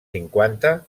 cinquanta